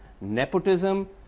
nepotism